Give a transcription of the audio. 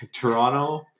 Toronto